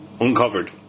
Uncovered